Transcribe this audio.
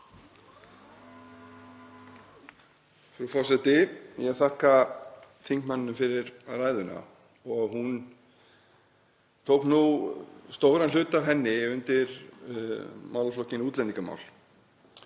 Frú forseti. Ég þakka þingmanninum fyrir ræðuna. Hún tók nú stóran hluta af henni undir málaflokkinn útlendingamál.